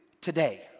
today